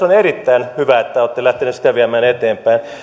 on erittäin hyvä että olette lähteneet sitä viemään eteenpäin